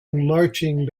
marching